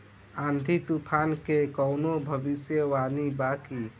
आँधी तूफान के कवनों भविष्य वानी बा की?